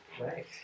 Right